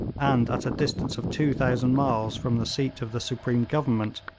and at a distance of two thousand miles from the seat of the supreme government,